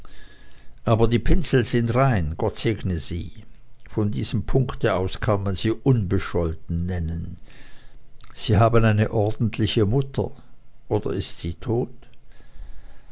aber die pinsel sind rein gott segne sie von diesem punkte aus kann man sie unbescholten nennen sie haben eine ordentliche mutter oder ist sie tot